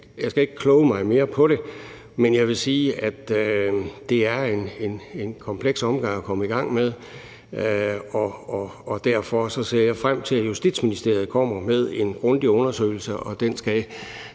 Jeg skal ikke kloge mig mere på det, men jeg vil sige, at det er en kompleks omgang at komme i gang med, og derfor ser jeg frem til, at Justitsministeriet kommer med en grundig undersøgelse, og den skal